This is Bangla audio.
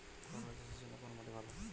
করলা চাষের জন্য কোন মাটি ভালো?